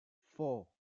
four